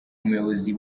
umuyobozi